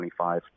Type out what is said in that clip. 25